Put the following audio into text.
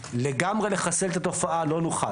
לגמרי לחסל את התופעה לא נוכל.